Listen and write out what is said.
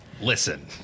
Listen